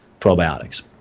probiotics